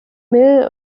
mill